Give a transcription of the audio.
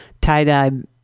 tie-dye